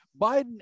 Biden